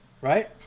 Right